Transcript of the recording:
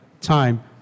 time